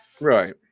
right